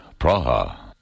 Praha